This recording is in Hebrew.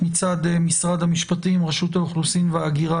מצד משרד המשפטים רשות האוכלוסין וההגירה